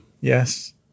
Yes